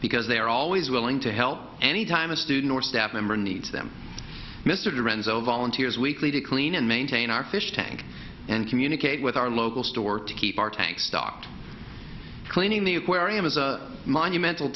because they are always willing to help any time a student or staff member needs them mr renzo volunteers weekly to clean and maintain our fish tank and communicate with our local store to keep our tank stocked cleaning the aquarium is a monumental